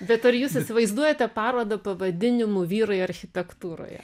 bet ar jūs įsivaizduojate parodą pavadinimu vyrai architektūroje